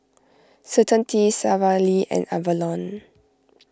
Certainty Sara Lee and Avalon